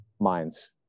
minds